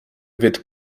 wird